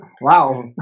Wow